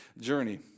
journey